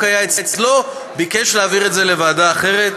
היה אצלו ביקש להעביר את זה לוועדה אחרת,